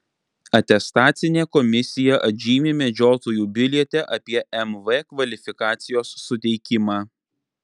atestacinė komisija atžymi medžiotojų biliete apie mv kvalifikacijos suteikimą